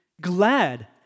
glad